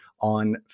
on